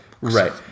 Right